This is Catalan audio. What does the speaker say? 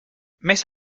més